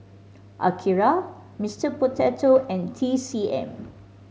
Akira Mister Potato and T C M